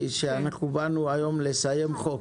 שאנחנו באנו היום לסיים חוק.